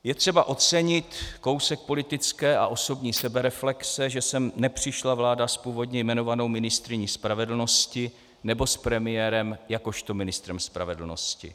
Je třeba ocenit kousek politické a osobní sebereflexe, že sem nepřišla vláda s původně jmenovanou ministryní spravedlnosti nebo s premiérem jakožto ministrem spravedlnosti.